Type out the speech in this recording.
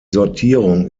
sortierung